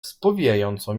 spowijającą